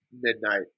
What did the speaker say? midnight